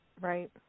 Right